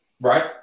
Right